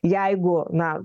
jeigu na